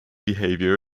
behavior